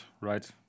Right